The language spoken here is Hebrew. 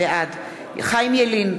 בעד חיים ילין,